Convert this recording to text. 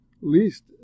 least